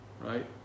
Right